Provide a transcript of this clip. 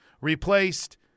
replaced